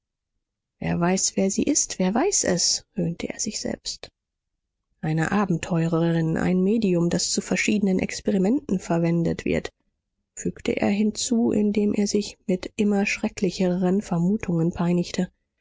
wer weiß wer sie ist wer weiß es höhnte er sich selbst eine abenteurerin ein medium das zu verschiedenen experimenten verwendet wird fügte er hinzu indem er sich mit immer schrecklicheren vermutungen peinigte